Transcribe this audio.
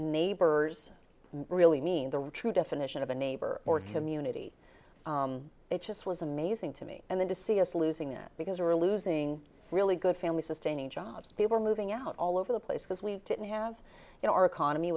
neighbors really mean the true definition of a neighbor or community it just was amazing to me and then to see us losing that because we were losing really good family sustaining jobs people moving out all over the place because we didn't have you know our economy